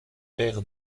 paire